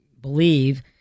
believe